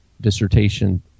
dissertation